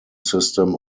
system